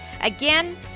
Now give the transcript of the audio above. Again